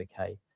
okay